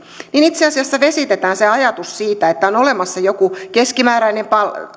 itse asiassa vesitetään se ajatus siitä että on olemassa joku keskimääräinen